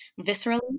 viscerally